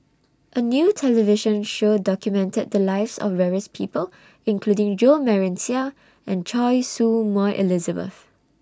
A New television Show documented The Lives of various People including Jo Marion Seow and Choy Su Moi Elizabeth